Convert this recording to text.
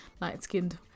light-skinned